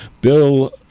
Bill